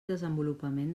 desenvolupament